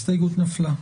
ההסתייגות נפלה.